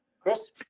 Chris